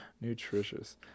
Nutritious